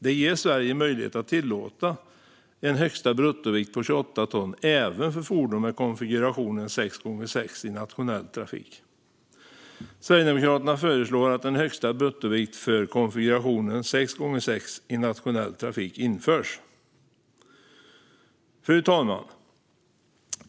Det ger Sverige möjlighet att tillåta en högsta bruttovikt på 28 ton även för fordon med konfigurationen 6 × 6 i nationell trafik. Sverigedemokraterna föreslår att en högsta bruttovikt för konfigurationen 6 × 6 i nationell trafik införs. Fru talman!